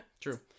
True